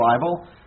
Bible